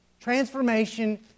transformation